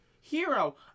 Hero